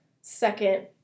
second